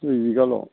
दुइ बिगाल'